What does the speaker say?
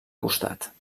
costat